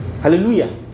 Hallelujah